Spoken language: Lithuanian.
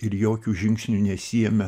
ir jokių žingsnių nesiėmė